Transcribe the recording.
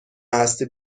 هستی